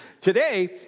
Today